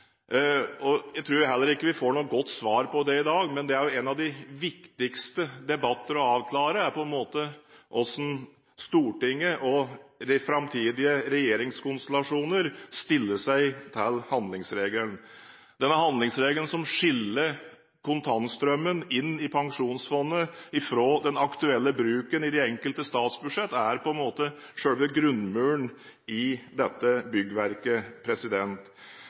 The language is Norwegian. finanspolitikken. Jeg tror heller ikke at vi får et godt svar på det i dag, men en av de viktigste debattene å avklare handler om hvordan Stortinget og framtidige regjeringskonstellasjoner stiller seg til handlingsregelen. Handlingsregelen, som skiller kontantstrømmen inn i Pensjonsfondet fra den aktuelle bruken i de enkelte statsbudsjettene, er selve grunnmuren i dette byggverket.